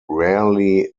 rarely